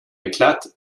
éclate